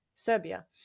Serbia